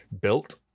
built